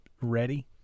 ready